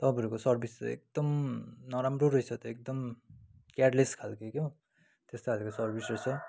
तपाईँहरूको सर्भिस चाहिँ एकदम नराम्रो रहेछ त एकदम केयरलेस खालके क्या हो त्यस्तो खाले सर्भिस रहेछ